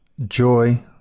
Joy